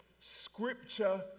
Scripture